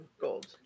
gold